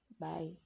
bye